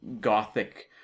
gothic